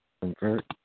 Convert